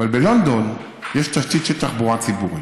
אבל בלונדון יש תשתית של תחבורה ציבורית,